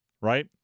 Right